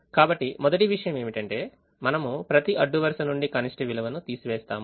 కాబట్టి మొదటి విషయం ఏమిటంటే మనము ప్రతి అడ్డు వరుస నుండి కనిష్ట విలువను తీసివేస్తాము